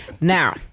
Now